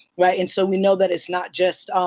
right? and so we know that it's not just.